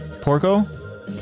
Porco